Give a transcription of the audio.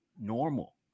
normal